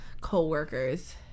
Co-workers